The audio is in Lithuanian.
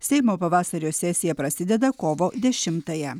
seimo pavasario sesija prasideda kovo dešimtąją